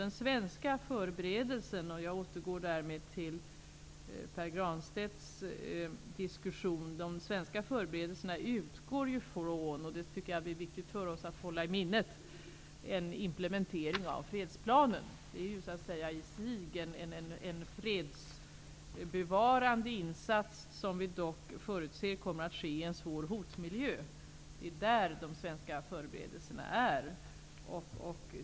De svenska förberedelserna -- jag återgår därmed till Pär Granstedts diskussion -- utgår från, vilket är viktigt att hålla i minnet, en implementering av fredsplanen. Det är så att säga i sig en fredsbevarande insats, som vi dock förutser kommer att ske i en svår hotmiljö. Det är där de svenska förberedelserna är.